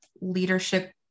leadership